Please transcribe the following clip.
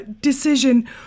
decision